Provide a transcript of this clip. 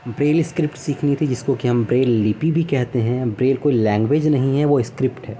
Braille script سیکھنی تھی جس کو کہ ہم بریل لیپی بھی کہتے ہیں بریل کوئی لینگویج نہیں ہے وہ اسکرپٹ ہے